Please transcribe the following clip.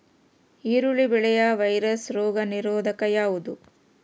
ಈರುಳ್ಳಿ ಬೆಳೆಯ ವೈರಸ್ ರೋಗ ನಿರೋಧಕ ಯಾವುದು?